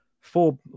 four